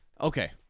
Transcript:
Okay